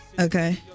Okay